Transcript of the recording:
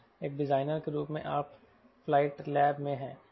एक डिजाइनर के रूप में आप फ्लाइट लैब में हैं